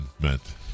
meant